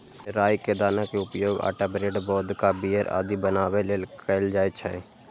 राइ के दाना के उपयोग आटा, ब्रेड, वोदका, बीयर आदि बनाबै लेल कैल जाइ छै